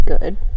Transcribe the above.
good